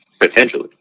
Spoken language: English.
potentially